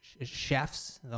chefs